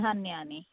धान्यानि